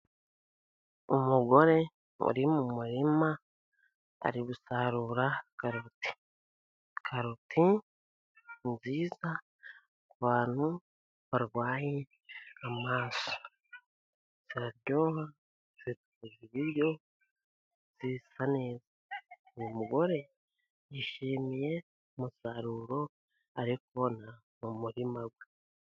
Umugore uri mu muririma ari gusarura karoti, karoti nziza ku bantu barwaye amaso, ziryoha zitetse ku biryo zisa neza, umugore yishimiye umusaruro ari kubonana mu murima we.